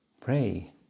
Pray